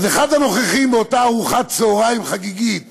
אז אחד הנוכחים באותה ארוחת צהריים חגיגית